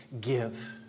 give